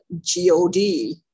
G-O-D